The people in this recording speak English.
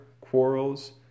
quarrels